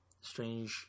Strange